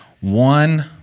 one